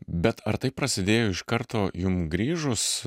bet ar tai prasidėjo iš karto jum grįžus